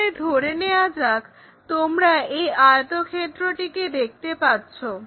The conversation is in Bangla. তাহলে ধরে নেওয়া যাক তোমরা এই আয়তক্ষেত্রটিকে দেখতে পাচ্ছো